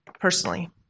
personally